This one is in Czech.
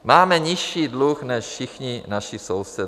Máme nižší dluh než všichni naši sousedé.